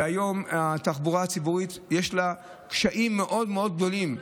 היום לתחבורה הציבורית יש קשיים מאוד מאוד גדולים,